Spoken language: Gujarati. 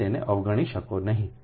તમે તેને અવગણી શકો નહીં